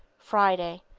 friday,